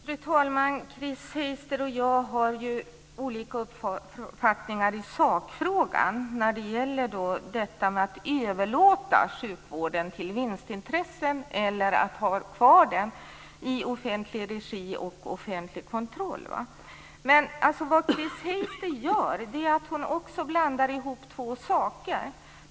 Fru talman! Chris Heister och jag har ju olika uppfattningar i sakfrågan när det gäller detta med att överlåta sjukvården till vinstintressen eller ha den kvar i offentlig regi och under offentlig kontroll. Men vad Chris Heister gör är att hon också blandar ihop två saker.